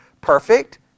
Perfect